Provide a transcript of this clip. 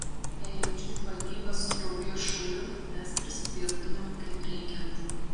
jei eičiau į žvalgybą su drauge šauliu mes prisidirbtumėm kaip reikiant